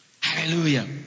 Hallelujah